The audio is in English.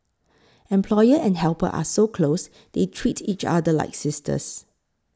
employer and helper are so close they treat each other like sisters